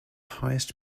highest